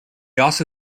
also